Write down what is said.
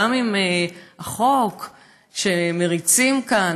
גם עם החוק שמריצים כאן,